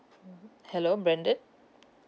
branded